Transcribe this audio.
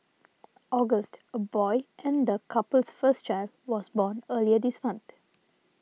August a boy and the couple's first child was born earlier this month